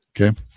Okay